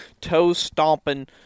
toe-stomping